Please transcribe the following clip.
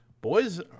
Boys